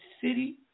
City